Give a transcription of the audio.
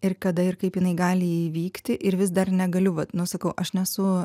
ir kada ir kaip jinai gali įvykti ir vis dar negaliu vat nu sakau aš nesu